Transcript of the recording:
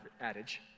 adage